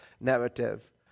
narrative